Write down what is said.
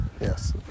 Yes